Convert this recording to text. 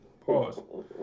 Pause